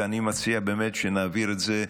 ואני מציע באמת שנעביר את זה,